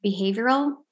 behavioral